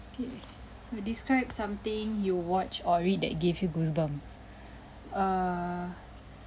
okay uh describe something you watched or read that gave you goosebumps err